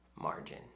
margin